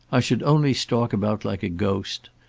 i should only stalk about like a ghost.